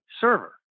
server